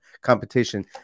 competition